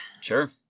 sure